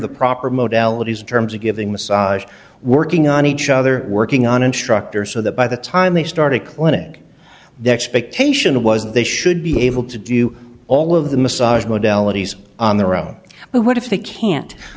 the proper mode well it is terms of giving massage working on each other working on instructor so that by the time they started clinic the expectation was that they should be able to do all of the massage modalities on their own but if they can't i